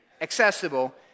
accessible